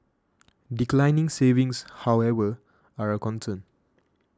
declining savings however are a concern